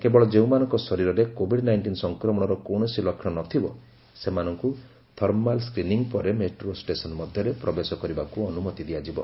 କେବଳ ଯେଉଁମାନଙ୍କ ଶରୀରରେ କୋବିଡ୍ ନାଇଷ୍ଟିନ୍ ସଫକ୍ରମଣର କୌଣସି ଲକ୍ଷଣ ନଥିବ ସେମାନଙ୍କୁ ଥର୍ମାଲ ସ୍କ୍ରିନିଂ ପରେ ମେଟ୍ରୋ ଷ୍ଟେସନ୍ ମଧ୍ୟରେ ପ୍ରବେଶ କରିବାକୁ ଅନୁମତି ଦିଆଯିବ